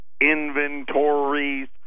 inventories